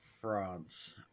France